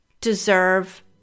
deserve